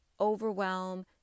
overwhelm